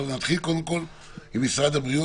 אבל נתחיל קודם כול עם משרד הבריאות,